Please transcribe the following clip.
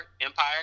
Empire